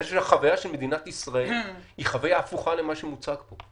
נדמה לי שהחוויה של מדינת ישראל היא חוויה הפוכה ממה שהוצג פה.